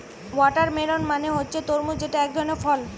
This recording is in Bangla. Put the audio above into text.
ওয়াটারমেলন মানে হচ্ছে তরমুজ যেটা একধরনের ফল